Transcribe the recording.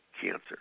cancer